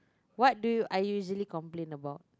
what do you are you usually complain about